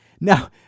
Now